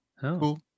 Cool